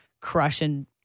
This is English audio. crushing